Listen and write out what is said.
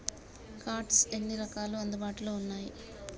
Cards ఎన్ని రకాలు అందుబాటులో ఉన్నయి?